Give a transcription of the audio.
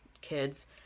kids